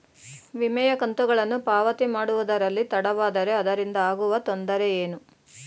ವಿಮೆಯ ಕಂತುಗಳನ್ನು ಪಾವತಿ ಮಾಡುವುದರಲ್ಲಿ ತಡವಾದರೆ ಅದರಿಂದ ಆಗುವ ತೊಂದರೆ ಏನು?